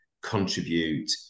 contribute